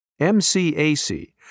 MCAC